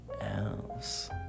else